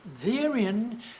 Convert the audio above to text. therein